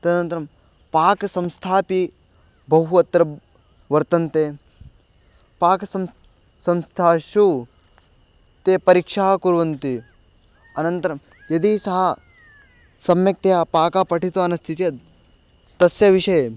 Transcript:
तदनन्तरं पाकसंस्थापि बहु अत्र वर्तते पाकसंस्था संस्थाशु ते परीक्षाः कुर्वन्ति अनन्तरं यदि सः सम्यक्तया पाकं पठितवान् अस्ति चेत् तस्य विषये